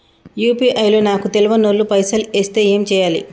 UPI లో నాకు తెల్వనోళ్లు పైసల్ ఎస్తే ఏం చేయాలి?